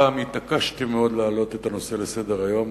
הפעם התעקשתי מאוד להעלות את הנושא לסדר-היום,